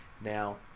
Now